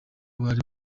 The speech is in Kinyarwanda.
bari